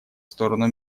сторону